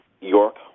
York